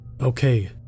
Okay